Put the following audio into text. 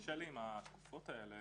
קשה לי עם התקופות האלה.